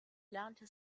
lernte